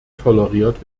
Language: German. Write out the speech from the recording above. toleriert